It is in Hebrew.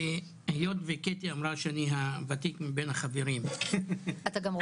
היות שקטי אמרה שאני הוותיק מבין החברים --- אתה גם רופא.